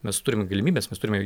mes turim galimybes mes turime